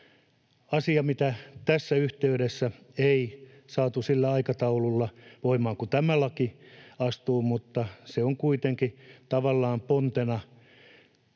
asia, mitä tässä yhteydessä ei saatu sillä aikataululla voimaan, kun tämä laki astuu voimaan, mutta se on kuitenkin tavallaan pontena